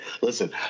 Listen